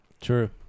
True